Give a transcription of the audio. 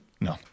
no